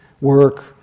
work